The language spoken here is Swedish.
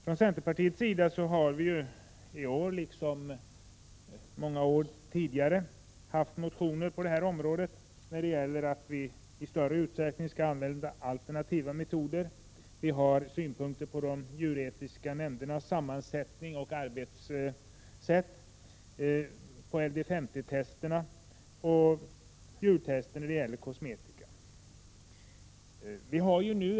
Från centerns sida har vi i år liksom många år tidigare motionerat på detta område om att vi i större utsträckning skall använda alternativa metoder. Vi har synpunkter på de djuretiska nämndernas sammansättning och arbetssätt, på LDS50-testerna och djurtester vid tillverkning av kosmetika.